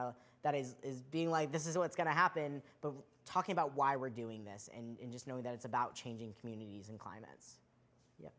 of that is being like this is what's going to happen but talking about why we're doing this and just know that it's about changing communities and climates ye